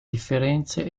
differenze